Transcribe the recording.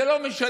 זה לא משנה